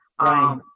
Right